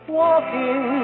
walking